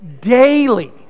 daily